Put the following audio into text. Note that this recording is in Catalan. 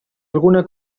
alguna